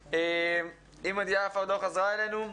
אם יפה עוד לא חזרה אלינו,